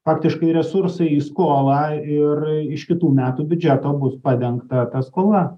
faktiškai resursai į skolą ir iš kitų metų biudžeto bus padengta ta skola